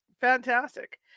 Fantastic